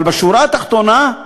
אבל בשורה התחתונה,